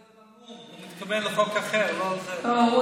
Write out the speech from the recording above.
הוא התכוון לחוק אחר, לא לזה.